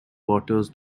waters